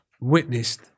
witnessed